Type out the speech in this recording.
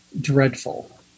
dreadful